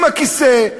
עם הכיסא,